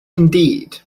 indeed